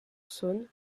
saône